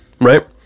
right